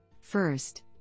First